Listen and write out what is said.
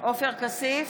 עופר כסיף,